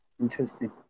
Interesting